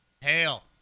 Hail